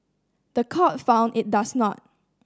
the court found it does not